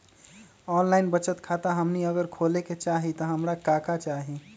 Online बचत खाता हमनी अगर खोले के चाहि त हमरा का का चाहि?